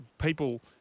people